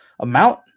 amount